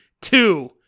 two